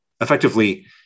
effectively